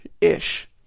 ish